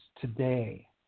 today